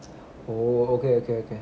oh okay okay okay